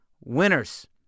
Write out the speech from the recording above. winners